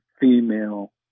female